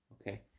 Okay